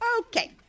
Okay